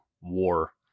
war